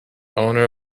owner